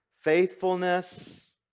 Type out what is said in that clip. Faithfulness